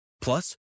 Plus